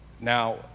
Now